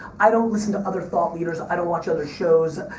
i don't listen to other thought leaders, i don't watch other shows,